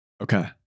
Okay